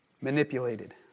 manipulated